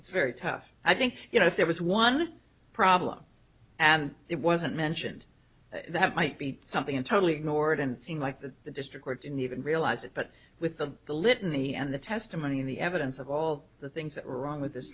it's very tough i think you know if there was one problem and it wasn't mentioned that might be something totally ignored and seen like that the district court didn't even realize it but with the the litany and the testimony of the evidence of all the things that were wrong with this